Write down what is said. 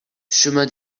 chemin